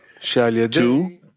Two